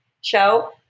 show